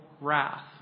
wrath